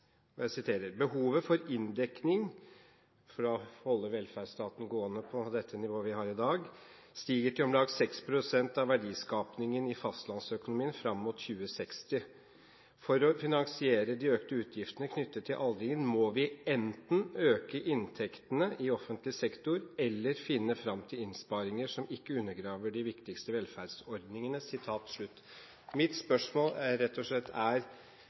artikkel. Jeg har lyst til å sitere fra perspektivmeldingen: «Behovet for inndekning» – for å holde velferdsstaten gående på dette nivået vi har i dag – «stiger til om lag 6 pst. av verdiskapingen i fastlandsøkonomien fram mot 2060.» Det står videre: «For å finansiere de økte utgiftene knyttet til aldringen må vi enten øke inntektene i offentlig sektor eller finne fram til innsparinger som ikke undergraver de viktigste velferdsordningene.» Mitt spørsmål er rett og slett: